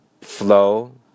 flow